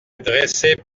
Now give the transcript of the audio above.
dressés